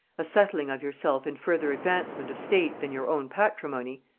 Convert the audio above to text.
a settling of yourself in further advancement of state than your own patrimony,